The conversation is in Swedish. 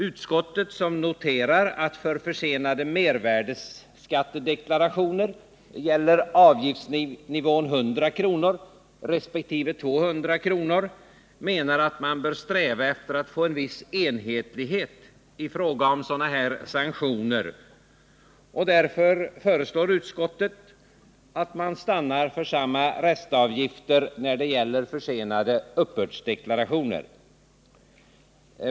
Utskottet, som noterar att för försenade mervärdeskattedeklarationer gäller avgiftsnivån 100 kr. resp. 200 kr., menar att man bör sträva efter att få en viss enhetlighet i fråga om sådana här sanktioner. Därför föreslår utskottet att man stannar för samma restavgift när det gäller försenade uppbördsdeklarationer.